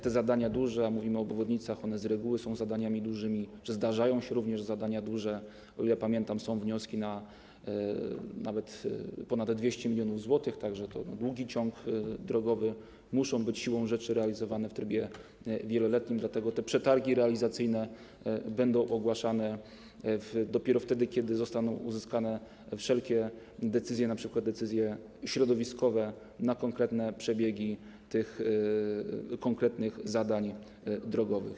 Te zadania duże - a mówimy o obwodnicach, one z reguły są zadaniami dużymi, zdarzają się również zadania duże, o ile pamiętam, są wnioski nawet na ponad 200 mln zł, tak że to długi ciąg drogowy - muszą być siłą rzeczy realizowane w trybie wieloletnim, dlatego te przetargi realizacyjne będą ogłaszane dopiero wtedy, kiedy zostaną uzyskane wszelkie decyzje, np. decyzje środowiskowe na konkretne przebiegi tych konkretnych zadań drogowych.